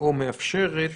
או מאפשרת